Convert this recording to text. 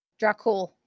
Dracul